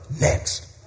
next